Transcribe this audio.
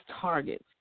targets